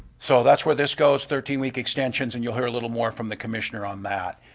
so that's where this goes, thirteen week extensions and you'll hear a little more from the commissioner on that.